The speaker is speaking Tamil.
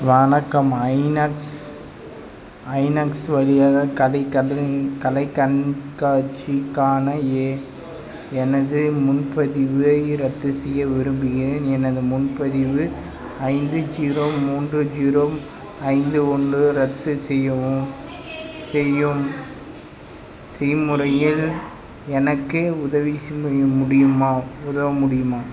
வணக்கம் ஐநாக்ஸ் ஐநாக்ஸ் வழியாக கதை கலை கண்காட்சிக்கான எ எனது முன்பதிவை ரத்து செய்ய விரும்புகிறேன் எனது முன்பதிவு ஐந்து ஜீரோ மூன்று ஜீரோ ஐந்து ஒன்று ரத்து செய்யவும் செய்யும் செய்முறையில் எனக்கு உதவி செய்ய முடியுமா உதவ முடியுமா